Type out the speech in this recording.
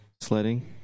sledding